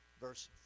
Verse